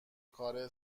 کار